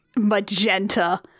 magenta